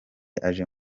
aje